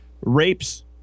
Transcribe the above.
rapes